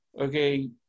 okay